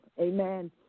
Amen